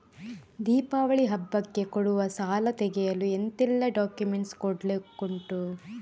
ದೀಪಾವಳಿ ಹಬ್ಬಕ್ಕೆ ಕೊಡುವ ಸಾಲ ತೆಗೆಯಲು ಎಂತೆಲ್ಲಾ ಡಾಕ್ಯುಮೆಂಟ್ಸ್ ಕೊಡ್ಲಿಕುಂಟು?